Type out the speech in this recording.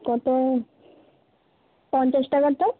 কত পঞ্চাশ টাকারটা